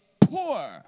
poor